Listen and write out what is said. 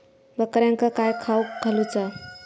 बकऱ्यांका काय खावक घालूचा?